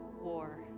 war